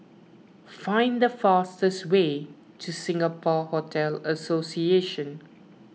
find the fastest way to Singapore Hotel Association